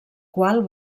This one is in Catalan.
qual